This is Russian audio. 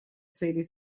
целей